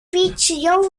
podczas